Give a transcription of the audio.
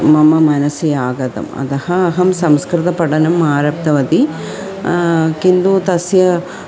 मम मनसि आगतम् अतः अहं संस्कृतपठनम् आरब्धवती किन्तु तस्य